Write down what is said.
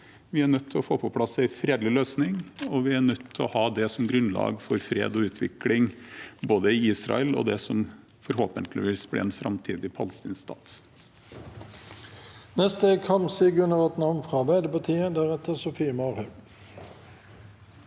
Vi er nødt til å få på plass en fredelig løsning, og vi er nødt til å ha det som grunnlag for fred og utvikling, både i Israel og i det som forhåpentligvis blir en framtidig palestinsk stat.